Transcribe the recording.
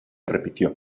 repitió